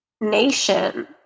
nation